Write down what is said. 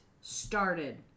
started